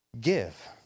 give